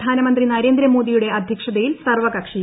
പ്രധാനമന്ത്രി നരേന്ദ്രമോദിയുടെ അധ്യക്ഷതയിൽ സർവകക്ഷി യോഗം